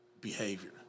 behavior